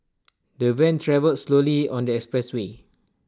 the van travelled slowly on the expressway